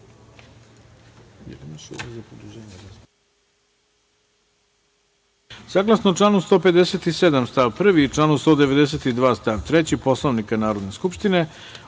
članu 157. stav 1. i članu 192. stav 3. Poslovnika Narodne skupštine,